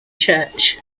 church